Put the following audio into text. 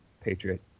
Patriot